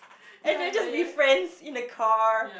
and they just be friends in the car